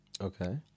Okay